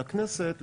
לכנסת,